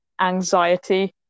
anxiety